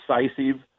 decisive